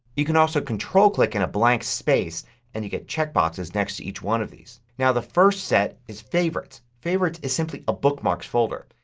you can also control click in a blank space and you get check boxes next to each one of these. now the first is favorites. favorites is simply a bookmarks folder.